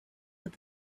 with